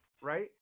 right